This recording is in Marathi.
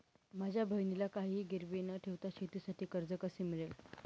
माझ्या बहिणीला काहिही गिरवी न ठेवता शेतीसाठी कर्ज कसे मिळेल?